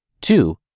two